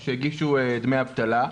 או שהגישו בקשה לדמי אבטלה,